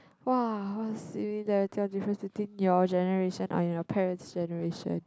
!wah! what's difference between your generation and your parents generation